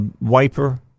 wiper